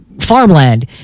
farmland